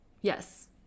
Yes